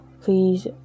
Please